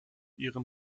ihren